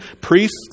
Priests